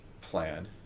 plan